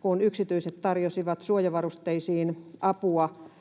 kun yksityiset tarjosivat suojavarusteisiin apua,